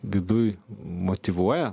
viduj motyvuoja